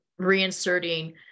reinserting